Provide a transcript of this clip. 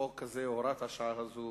החוק הזה, הוראת השעה הזאת